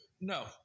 No